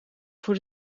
voor